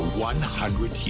one hundred